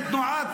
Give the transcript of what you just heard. תרד.